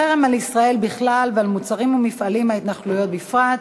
החרם על ישראל בכלל ועל מוצרים ומפעלים מההתנחלויות בפרט,